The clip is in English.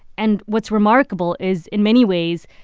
and what's remarkable is, in many ways,